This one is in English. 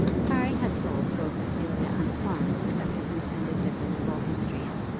harry had told both cecilia and florence of his intended visit to bolton street,